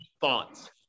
Thoughts